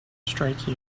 strike